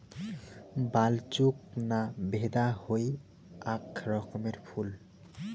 বালচোক না ভেদা হই আক রকমের ফুল